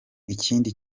ikindi